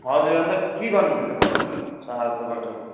हजुर अन्त के गर्नु हुँदैछ कस्तो हुन्छ हालखबर तपाईँको